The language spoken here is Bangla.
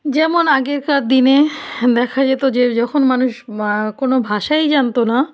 যেমন আগেকার দিনে দেখা যেত যে যখন মানুষ কোনো ভাষাই জানত না